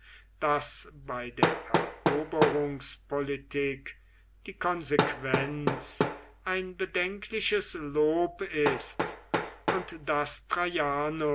daß bei der eroberungspolitik die konsequenz ein bedenkliches lob ist und daß